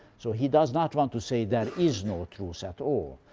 so he does not want to say there is no truth at all.